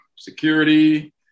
security